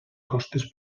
costes